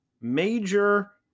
Major